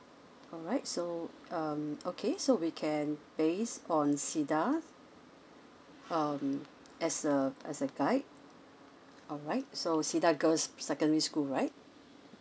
alright so um okay so we can based on cedar um as a as a guide alright so cedar girls' secondary school right